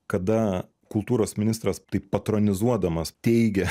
kada kultūros ministras taip patronizuodamas teigia